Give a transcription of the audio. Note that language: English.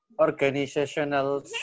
organizational